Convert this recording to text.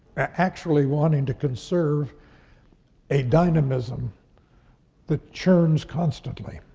actually wanting to conserve a dynamism that churns constantly.